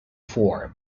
four